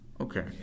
Okay